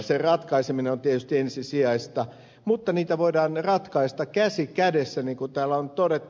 sen ratkaiseminen on tietysti ensisijaista mutta niitä voidaan ratkaista käsi kädessä niin kuin täällä on todettu